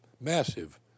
massive